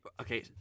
okay